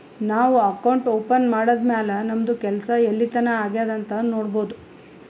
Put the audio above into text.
ನಾವು account open ಮಾಡದ್ದ್ ಮ್ಯಾಲ್ ನಮ್ದು ಕೆಲ್ಸಾ ಎಲ್ಲಿತನಾ ಆಗ್ಯಾದ್ ಅಂತ್ ನೊಡ್ಬೋದ್